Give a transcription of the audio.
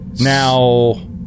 Now